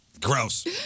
Gross